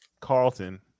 Carlton